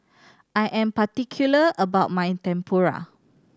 I am particular about my Tempura